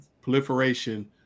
proliferation